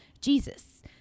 Jesus